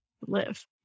live